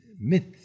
myths